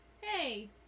Hey